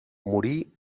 morí